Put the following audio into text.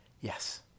Yes